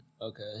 Okay